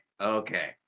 Okay